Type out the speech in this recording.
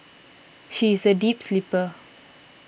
she is a deep sleeper